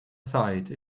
side